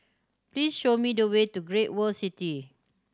please show me the way to Great World City